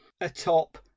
atop